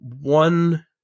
one